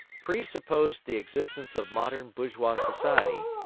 presupposed the existence of modern bourgeois society,